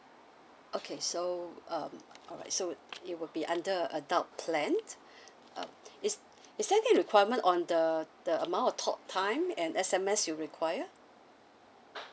okay so um alright so it would be under adult plan uh is is there any requirement on the the amount or talktime and S_M_S you require